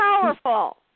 powerful